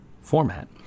format